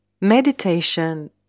meditation